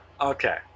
Okay